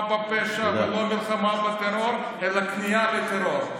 לא מלחמה בפשע ולא מלחמה בטרור, אלא כניעה לטרור.